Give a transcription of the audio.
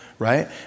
Right